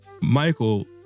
Michael